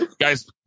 guys